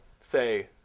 say